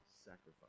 sacrifice